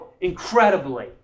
incredibly